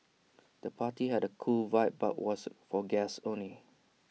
the party had A cool vibe but was for guests only